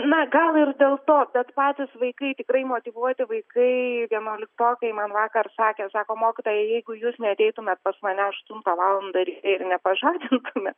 na gal ir dėl to bet patys vaikai tikrai motyvuoti vaikai vienuoliktokai man vakar sakė sako mokytoja jeigu jūs neateitumėt pas mane aštuntą valandą ryte ir nepažadintumėt